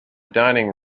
dining